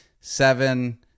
seven